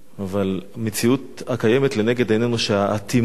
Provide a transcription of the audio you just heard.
אבל המציאות הקיימת לנגד עינינו, של האטימות,